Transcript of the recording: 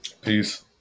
peace